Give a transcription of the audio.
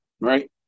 right